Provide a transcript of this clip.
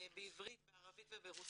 בעברית בערבית וברוסית.